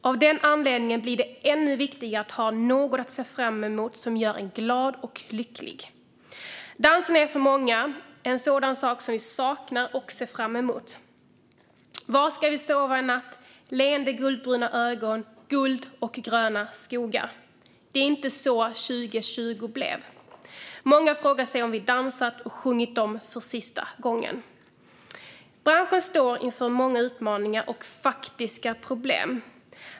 Av den anledningen blir det ännu viktigare att ha något att se fram emot som gör en glad och lycklig. Dansen är något många saknar och ser fram emot: Var ska vi sova i natt? Leende guldbruna ögon. Guld och gröna skogar. Det är inte så 2020 blev. Många frågar sig om vi dansat och sjungit dem för sista gången. Branschen står inför många utmaningar och faktiska problem.